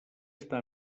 està